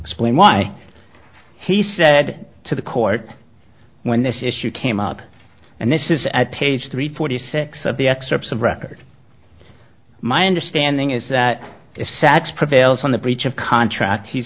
explain why he said to the court when this issue came up and this is at page three forty six of the excerpts of record my understanding is that is sad prevails on the breach of contract he's